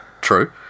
True